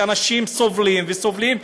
שאנשים סובלים וסובלים,